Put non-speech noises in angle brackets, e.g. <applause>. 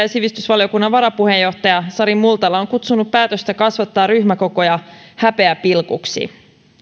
<unintelligible> ja sivistysvaliokunnan varapuheenjohtaja sari multala on kutsunut päätöstä kasvattaa ryhmäkokoja häpeäpilkuksi